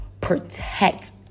protect